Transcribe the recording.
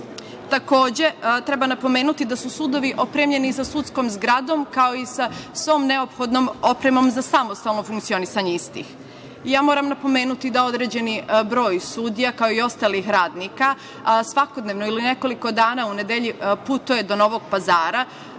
Takođe, treba napomenuti da su sudovi opremljeni sa sudskom zgradom, kao i sa svom neophodnom opremom za samostalno funkcionisanje istih. Moram napomenuti da određeni broj sudija, kao i ostalih radnika, svakodnevno ili nekoliko dana u nedelji putuje do Novog Pazara,